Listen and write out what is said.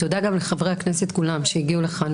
תודה גם לחברי הכנסת כולם שהגיעו לכאן.